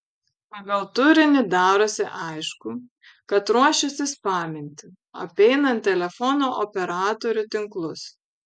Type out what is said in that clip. pagal turinį darosi aišku kad ruošiasi spaminti apeinant telefono operatorių tinklus